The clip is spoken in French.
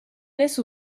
laisse